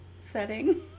setting